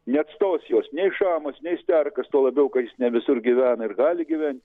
neatstos jos nei šamas nei sterkas tuo labiau kad jis ne visur gyvena ir gali gyvent